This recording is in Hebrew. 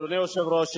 אדוני היושב-ראש,